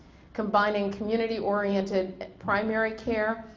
combining community oriented primary care,